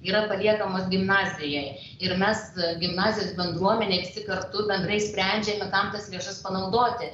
yra paliekamos gimnazijai ir mes gimnazijos bendruomenė visi kartu bendrai sprendžiame kam tas lėšas panaudoti